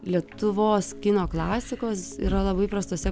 lietuvos kino klasikos yra labai prastose